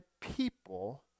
people